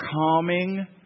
calming